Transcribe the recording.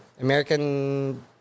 American